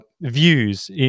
views